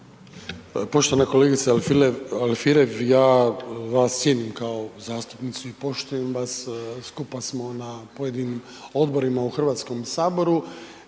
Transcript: Poštovana kolegice Alfirev, ja vas cijenim kao zastupnicu i poštujem vas, skupa smo na pojedinim odborima u Hrvatskom saboru,